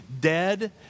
dead